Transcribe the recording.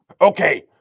Okay